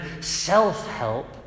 self-help